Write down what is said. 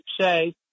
say